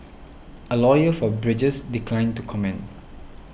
a lawyer for Bridges declined to comment